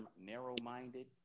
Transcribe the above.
narrow-minded